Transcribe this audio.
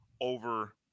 over